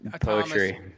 poetry